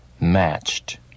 matched